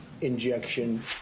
injection